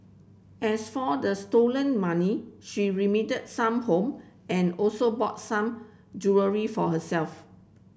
as for the stolen money she remitted some home and also bought some jewellery for herself